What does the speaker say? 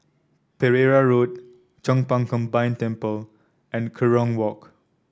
Pereira Road Chong Pang Combined Temple and Kerong Walk